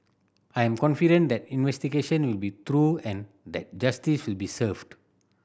I am confident that the investigation will be thorough and that justice will be served